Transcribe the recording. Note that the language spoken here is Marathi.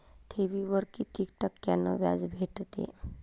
ठेवीवर कितीक टक्क्यान व्याज भेटते?